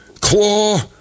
Claw